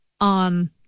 on